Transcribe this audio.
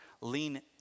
Lean